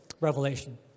revelation